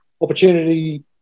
opportunity